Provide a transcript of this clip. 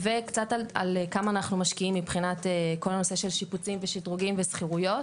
וקצת על כמה אנחנו משקיעים על כל הנושא של שיפוצים ושדרוגים ושכירויות,